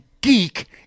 geek